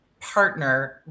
partner